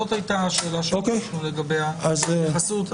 זאת הייתה השאלה שלגביה ביקשנו התייחסות.